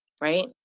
right